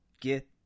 get